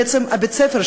בעצם בית-הספר,